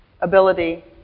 ability